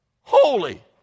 Holy